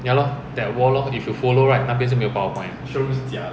trunking